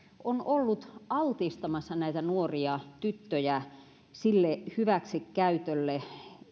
on ollut altistamassa näitä nuoria tyttöjä sille hyväksikäytölle